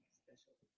special